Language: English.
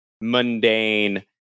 mundane